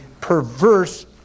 perverse